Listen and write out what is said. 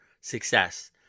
success